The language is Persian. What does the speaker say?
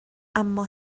اما